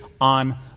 on